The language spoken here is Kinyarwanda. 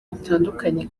bitandukanye